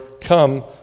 come